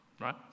right